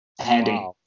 Handy